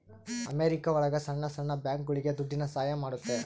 America ಒಳಗ ಸಣ್ಣ ಸಣ್ಣ ಬ್ಯಾಂಕ್ಗಳುಗೆ ದುಡ್ಡಿನ ಸಹಾಯ ಮಾಡುತ್ತೆ